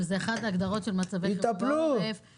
שזה אחת ההגדרות של מצבי חירום בעורף,